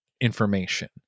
information